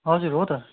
हजुर हो त